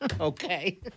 Okay